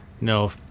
No